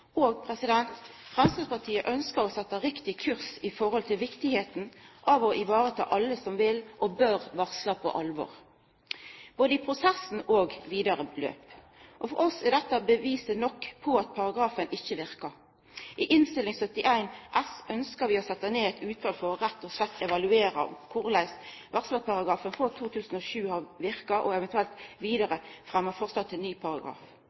Framstegspartiet ønskjer å setja riktig kurs når det gjeld å ta vare på alle som vil og bør varsla, og ta dei på alvor, både i prosessen og i vidare løp. For oss er dette bevis nok på at paragrafen ikkje verkar. I Innst. 71 S for 2010–2011 seier vi at vi ønskjer å setja ned eit utval for rett og slett å evaluera korleis varslarparagrafen frå 2007 har verka og eventuelt vidare fremma forslag til ny paragraf.